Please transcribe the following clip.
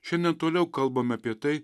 šiandien toliau kalbam apie tai